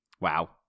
Wow